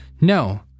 No